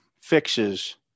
fixes